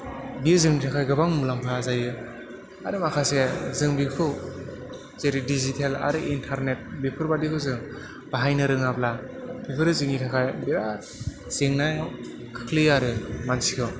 बेयो जोंनि थाखाय गोबां मुलाम्फा जायो आरो माखासे जों बेखौ जेरै डिजिटेल आरो इन्टारनेट बेफोरबायदिखौ जों बाहायनो रोङाब्ला बेफोरो जोंनि थाखाय बेराथ जेंनायाव खोख्लैयो आरो मानसिखौ